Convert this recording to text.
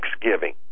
Thanksgiving